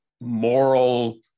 moral